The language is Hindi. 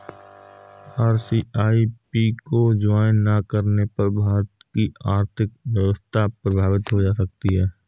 आर.सी.ई.पी को ज्वाइन ना करने पर भारत की आर्थिक व्यवस्था प्रभावित हो सकती है